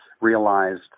realized